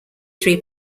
three